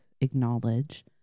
acknowledge